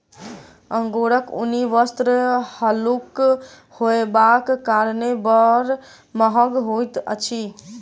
अंगोराक ऊनी वस्त्र हल्लुक होयबाक कारणेँ बड़ महग होइत अछि